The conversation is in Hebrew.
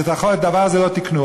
אז את הדבר הזה לא תיקנו.